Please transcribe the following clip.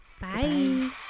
bye